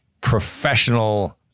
professional